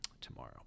tomorrow